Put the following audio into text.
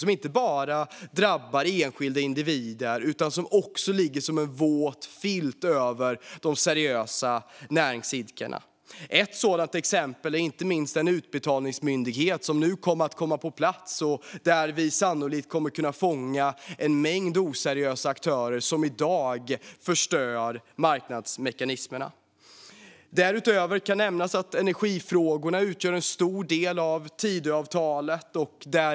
Den drabbar inte bara enskilda individer utan ligger också som en våt filt över de seriösa näringsidkarna. Ett sådant exempel är en utbetalningsmyndighet som nu kommer att komma på plats och där man sannolikt kommer att kunna fånga en mängd oseriösa aktörer som i dag förstör marknadsmekanismerna. Därutöver kan nämnas att energifrågorna utgör en stor del av Tidöavtalet.